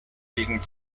wegen